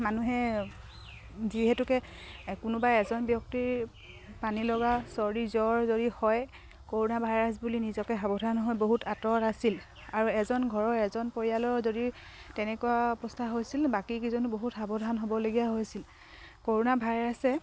মানুহে যিহেতুকে কোনোবাই এজন ব্যক্তিৰ পানী লগা চৰ্দি জ্বৰ যদি হয় কৰ'না ভাইৰাছ বুলি নিজকে সাৱধান হয় বহুত আঁতৰ আছিল আৰু এজন ঘৰৰ এজন পৰিয়ালৰ যদি তেনেকুৱা অৱস্থা হৈছিল বাকীকেইজনো বহুত সাৱধান হ'বলগীয়া হৈছিল কৰ'না ভাইৰাছে